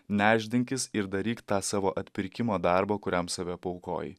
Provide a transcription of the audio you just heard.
nešdinkis ir daryk tą savo atpirkimo darbą kuriam save paaukojai